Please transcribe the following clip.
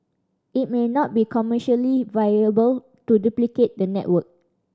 it may not be commercially viable to duplicate the network